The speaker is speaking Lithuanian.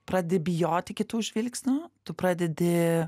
pradedi bijoti kitų žvilgsnių tu pradedi